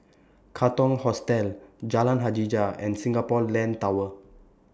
Katong Hostel Jalan Hajijah and Singapore Land Tower